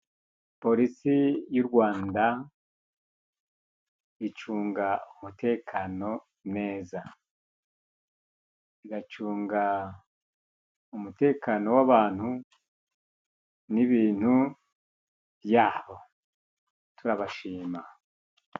Polisi y'u Rwanda icunga umutekano neza. Igacunga umutekano w'abantu n'ibintu byaho, turabashima.